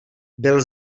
byl